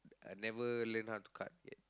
I never learn how to cut ya